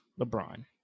LeBron